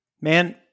man